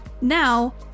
Now